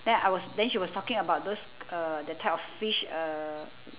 then I was then she was talking about those uh the type of fish uh